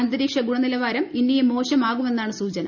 അന്തരീക്ഷ ഗുണനിലവാരം ഇനിയും മോശമാകുമെന്നാണ് സൂചന